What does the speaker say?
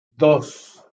dos